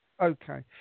okay